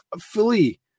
fully